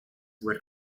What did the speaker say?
were